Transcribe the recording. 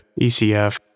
ECF